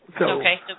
Okay